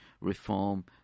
reform